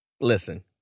listen